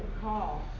call